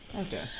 Okay